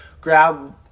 grab